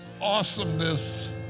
awesomeness